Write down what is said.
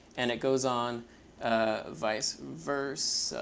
and it goes on vice versa.